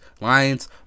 Lions